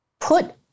put